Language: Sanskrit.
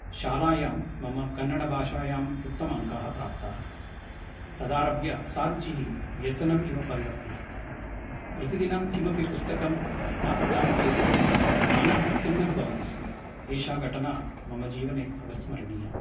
शालायां मम कन्नड्भाषायां मम उत्तम अङ्काः प्राप्ताः तदारभ्य सा रुचिः व्यसनमिव परिवर्तिता प्रतिदिनं किमपि पुस्तकं न पठामि चेत् मनः खिन्नः भवति स्म एषा घटना मम जीवने अविस्मरणीया